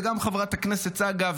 וגם חברת הכנסת צגה,